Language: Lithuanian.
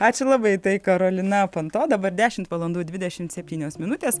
ačiū labai tai karolina panto dabar dešimt valandų dvidešim septynios minutės